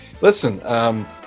listen